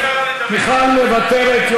מיכל מוותרת.